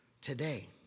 today